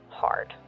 hard